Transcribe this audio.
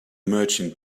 merchant